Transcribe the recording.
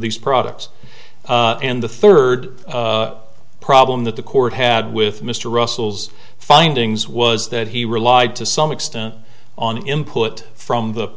these products and the third problem that the court had with mr russell's findings was that he relied to some extent on input from the